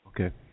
Okay